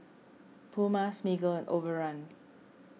Puma Smiggle and Overrun